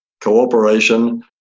cooperation